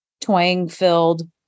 twang-filled